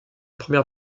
première